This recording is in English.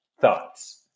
Thoughts